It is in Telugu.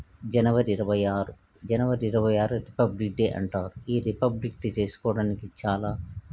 జనవరి ఇరవై ఆరు జనవరి ఇరవై ఆరు రిపబ్లిక్ డే అంటారు ఈ రిపబ్లిక్ డే చేసుకోవడానికి చాలా